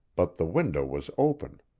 but the window was open.